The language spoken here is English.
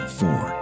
four